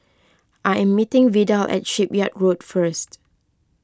I am meeting Vidal at Shipyard Road first